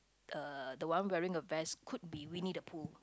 uh the one wearing the vest could be Winnie-the-Pooh